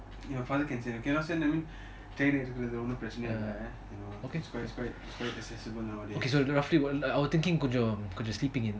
my father can send if cannot send then தேன் எடுக்குறது ஒன்னும் இல்ல:thean eadukurathu onum illa it's quite it's quite it's quite accessible nowadays